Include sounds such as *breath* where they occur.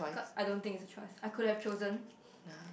ca~ I don't think it's a choice I could have chosen *breath*